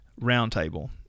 roundtable